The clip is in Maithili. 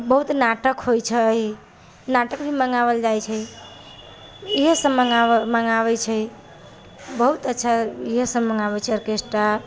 बहुत नाटक होइ छै नाटक भी मंगाबल जाइ छै इहै सब मंगाबै छै बहुत अच्छा इहै सब मंगाबै छै ऑर्केस्ट्रा